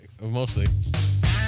Mostly